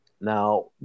Now